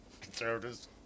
conservatives